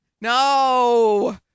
No